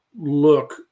look